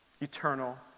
eternal